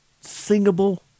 singable